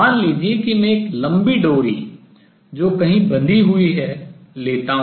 मान लीजिए कि मैं एक लंबी डोरी जो कहीं बंधी हुई लेता हूँ